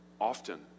often